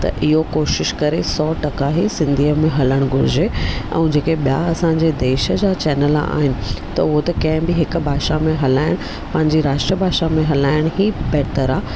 त इहो कोशिशि करे सौ टका ही सिंधीअ में हलणु घुरिजे ऐं जेके ॿिया असांजे देश जा चैनल आहिनि त हो त कंहिं बि हिकु भाषा में हलाए पंहिंजी राष्ट्र भाषा में हलाइण बि बहितर आहे